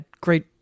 great